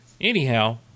Anyhow